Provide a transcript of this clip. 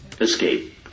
Escape